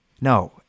no